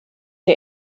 der